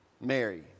Mary